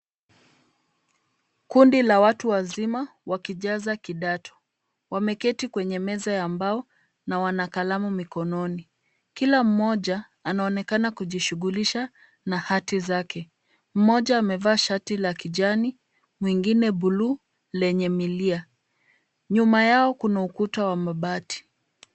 Kundi la watu wazima wakijaza kidato. Wameketi kwenye meza ya mbao na wana kalamu mikononi. Kila mmoja anaonekana kujishughulisha na hati zake. Mmoja amevaa shati la kijani, mwingine buluu lenye milia. Nyuma yao kuna ukuta wa mabati.